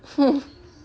hmm